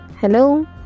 Hello